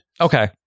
Okay